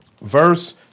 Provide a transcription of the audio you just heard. verse